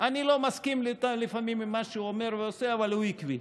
אני לא מסכים לפעמים עם מה שהוא אומר ועושה אבל הוא עקבי.